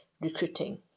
recruiting